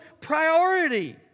priority